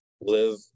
live